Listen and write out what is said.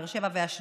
באר שבע ואשדוד,